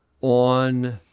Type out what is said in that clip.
on